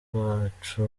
rwacu